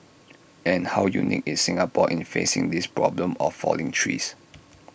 and how unique is Singapore in facing this problem of falling trees